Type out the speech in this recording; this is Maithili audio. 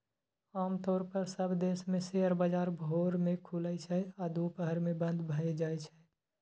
आम तौर पर सब देश मे शेयर बाजार भोर मे खुलै छै आ दुपहर मे बंद भए जाइ छै